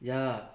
ya